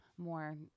More